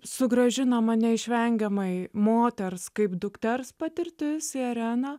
sugrąžinama neišvengiamai moters kaip dukters patirtis į areną